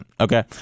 okay